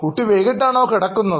കുട്ടി വൈകിട്ട് ആണോ കിടക്കുന്നത്